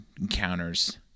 encounters